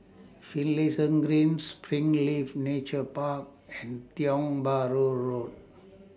Finlayson Green Springleaf Nature Park and Tiong Bahru Road